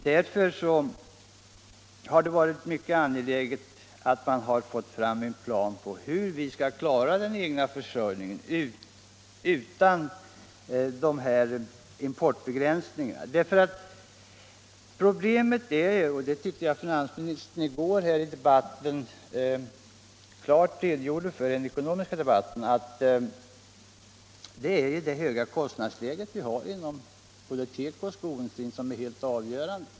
Därför har det varit mycket angeläget att få fram en plan för hur vi skall klara den egna försörjningen utan att tillgripa importbegränsningar. Det avgörande problemet — och det tyckte jag att finansministern klart redogjorde för i den ekonomiska debatten i går — är det höga kostnadsläget inom tekoindustrin. Jag vill tillägga även skoindustrin.